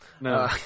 no